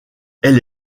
elle